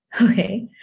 okay